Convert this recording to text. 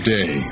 Day